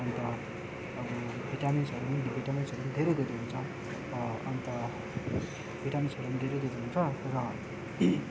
अन्त अब भिटामिन्सहरू पनि भिटामिन्सहरू त धेरै भेटेको छ अन्त भिटामिन्सहरू पनि धेरै धेरै हुन्छ र